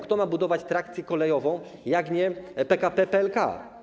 Kto ma budować trakcję kolejową, jak nie PKP PLK?